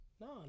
No